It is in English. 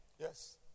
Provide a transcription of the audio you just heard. Yes